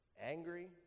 angry